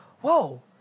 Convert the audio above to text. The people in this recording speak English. whoa